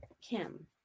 Kim